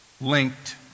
linked